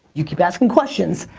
you keep asking questions,